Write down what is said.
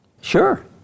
Sure